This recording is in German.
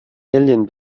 alien